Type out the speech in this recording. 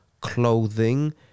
clothing